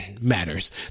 matters